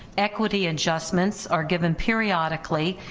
equity adjustments are given periodically,